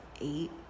eight